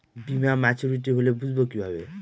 বীমা মাচুরিটি হলে বুঝবো কিভাবে?